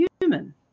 human